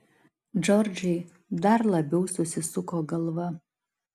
džordžai dar labiau susisuko galva